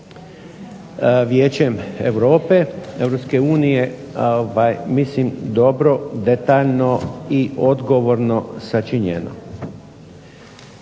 Vijećem Europe, EU mislim dobro, detaljno i odgovorno sačinjeno.